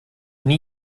nie